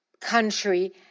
country